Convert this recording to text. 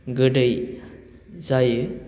गोदै जायो